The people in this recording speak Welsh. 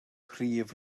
prif